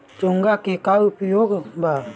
चोंगा के का उपयोग बा?